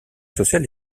social